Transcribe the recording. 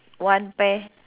one pair